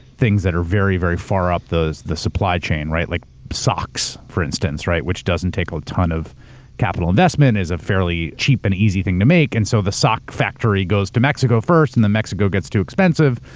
things that are very, very far up the supply chain, right like socks. for instance, right which doesn't take a ton of capital investment is a fairly cheap and easy thing to make and so the sock factory goes to mexico first in the mexico gets too expensive.